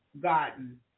garden